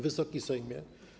Wysoki Sejmie!